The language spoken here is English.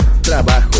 Trabajo